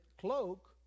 cloak